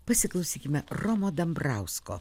pasiklausykime romo dambrausko